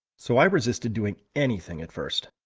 so i resisted doing anything at first.